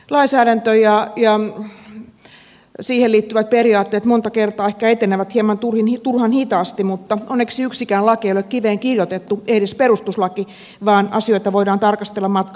lainsäädäntö ja siihen liittyvät periaatteet monta kertaa ehkä etenevät hieman turhan hitaasti mutta onneksi yksikään laki ei ole kiveen kirjoitettu ei edes perustuslaki vaan asioita voidaan tarkastella matkan varrella